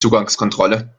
zugangskontrolle